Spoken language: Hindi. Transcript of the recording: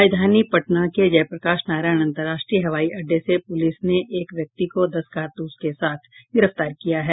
राजधानी पटना के जयप्रकाश नारायण अंतरराष्ट्रीय हवाईअड्डे से पुलिस ने एक व्यक्ति को दस कारतूस के साथ गिरफ्तार किया है